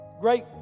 great